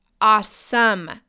Awesome